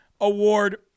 award